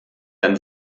dann